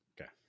Okay